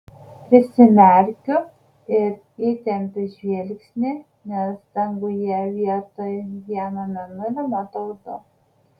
prisimerkiu ir įtempiu žvilgsnį nes danguje vietoj vieno mėnulio matau du